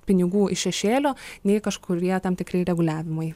pinigų iš šešėlio nei kažkurie tam tikri reguliavimai